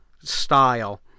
style